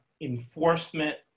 enforcement